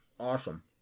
Awesome